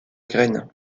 graine